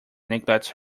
neglects